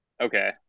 okay